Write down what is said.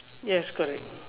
yes correct